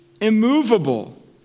immovable